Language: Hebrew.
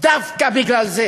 דווקא בגלל זה